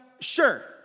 sure